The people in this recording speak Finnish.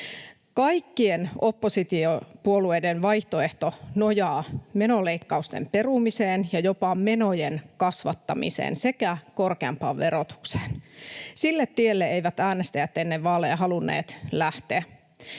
Kaikkien oppositiopuolueiden vaihtoehto nojaa menoleikkausten perumiseen ja jopa menojen kasvattamiseen sekä korkeampaan verotukseen. Sille tielle eivät äänestäjät ennen vaaleja halunneet lähteä,